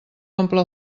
omple